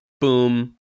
boom